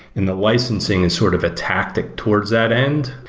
and the licensing is sort of a tactic towards that end,